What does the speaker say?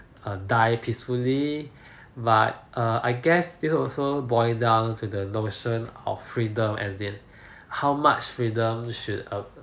err die peacefully but err I guess this also boil down to the notion of freedom as in how much freedom should err